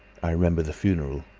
i remember the funeral,